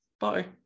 Bye